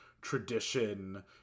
tradition